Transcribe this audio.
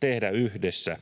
tehdä yhdessä.